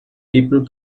people